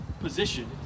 position